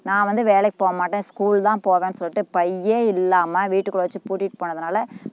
நான் வந்து வேலைக்கு போக மாட்டேன் ஸ்கூல் தான் போவேன் சொல்லிட்டு பையே இல்லாமல் வீட்டுக்குள்ளே வெச்சு பூட்டிவிட்டு போனதினால